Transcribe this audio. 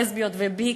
לסביות ובי,